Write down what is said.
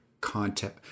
content